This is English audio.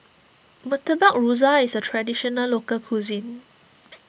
Murtabak Rusa is a Traditional Local Cuisine